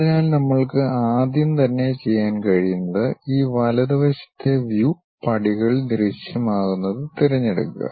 അതിനാൽ നമ്മൾക്ക് ആദ്യം തന്നെ ചെയ്യാൻ കഴിയുന്നത് ഈ വലതുവശത്തെ വ്യൂ പടികൾ ദൃശ്യമാകുന്നത് തിരഞ്ഞെടുക്കുക